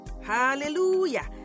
Hallelujah